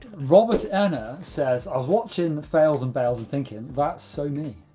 robert ennor says, i was watching fails and bails and thinking that's so me.